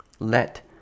Let